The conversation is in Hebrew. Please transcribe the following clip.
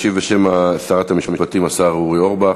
ישיב בשם שרת המשפטים השר אורי אורבך.